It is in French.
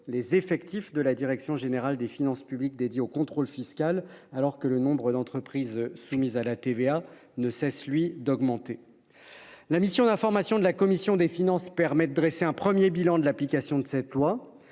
les effectifs de la direction générale des finances publiques dédiées au contrôle fiscal alors que le nombre d'entreprises soumises à la TVA ne cesse lui d'augmenter. La mission d'information de la commission des finances permet de dresser un 1er bilan de l'application de cette loi